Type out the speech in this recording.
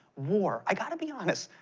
war. i gotta be honest.